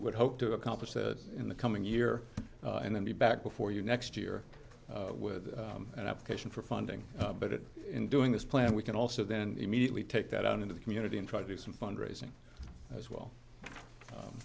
would hope to accomplish that in the coming year and then be back before you next year with an application for funding but in doing this plan we can also then immediately take that on into the community and try to do some fundraising as well